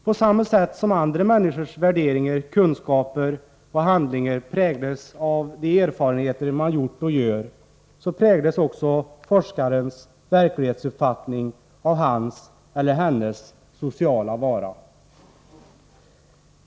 På samma sätt som andra människors värderingar, kunskaper och handlingar präglas av de erfarenheter man gjort och gör, så präglas också forskarens verklighetsuppfattning av hans eller hennes sociala vara.